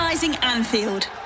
Anfield